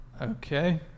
Okay